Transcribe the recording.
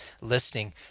listening